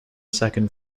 second